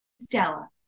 Stella